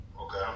Okay